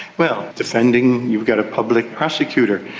well, defending you've got a public prosecutor,